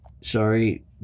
sorry